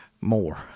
more